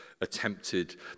attempted